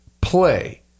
play